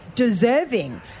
deserving